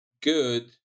good